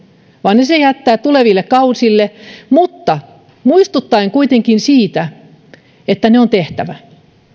vaan ne se jättää tuleville kausille muistuttaen kuitenkin siitä että ne on tehtävä